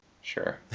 Sure